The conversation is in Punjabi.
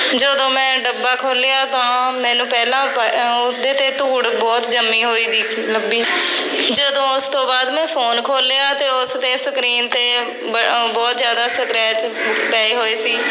ਜਦੋਂ ਮੈਂ ਡੱਬਾ ਖੋਲ੍ਹਿਆ ਤਾਂ ਮੈਨੂੰ ਪਹਿਲਾਂ ਪ ਉਹਦੇ 'ਤੇ ਧੂੜ ਬਹੁਤ ਜੰਮੀ ਹੋਈ ਦਿਖੀ ਲੱਭੀ ਜਦੋਂ ਉਸ ਤੋਂ ਬਾਅਦ ਮੈਂ ਫ਼ੋਨ ਖੋਲ੍ਹਿਆ ਅਤੇ ਉਸ 'ਤੇ ਸਕਰੀਨ 'ਤੇ ਬ ਬਹੁਤ ਜ਼ਿਆਦਾ ਸਕਰੈਚ ਪਏ ਹੋਏ ਸੀ